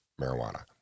marijuana